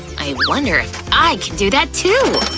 i wonder if i can do that too!